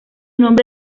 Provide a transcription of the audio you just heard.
nombre